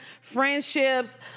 friendships